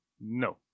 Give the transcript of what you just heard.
No